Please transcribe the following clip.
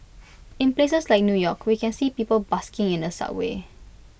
in places like new york we can see people busking in the subways